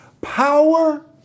power